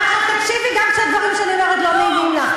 תקשיבי גם כשהדברים שאני אומרת לא נעימים לך,